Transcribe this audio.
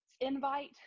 Invite